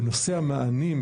כי בנושא המענים,